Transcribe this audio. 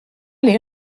les